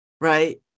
Right